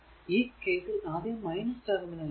ഈ കേസിൽ ആദ്യം ടെർമിനൽ ആണ്